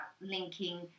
linking